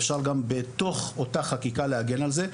ואפשר גם בתוך אותה חקיקה להגן על זה.